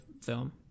film